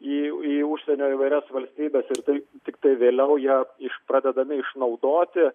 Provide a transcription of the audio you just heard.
į į užsienio įvairias valstybes ir tiktai vėliau jie iš pradedami išnaudoti